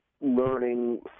learning